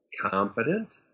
competent